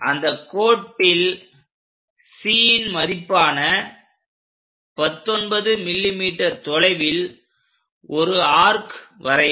அந்தக் கோட்டில் Cன் மதிப்பான 19 mm தொலைவில் ஒரு ஆர்க் வரையவும்